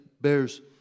bears